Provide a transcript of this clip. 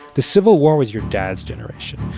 the civil war was your dad's generation.